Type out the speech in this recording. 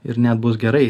ir net bus gerai